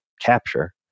capture